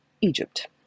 Egypt